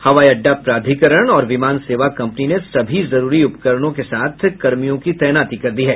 हवाई अड्डा प्राधिकरण और विमान सेवा कम्पनी ने सभी जरूरी उपकरणों के साथ कर्मियों की तैनाती कर दी है